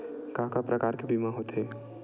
का का प्रकार के बीमा होथे?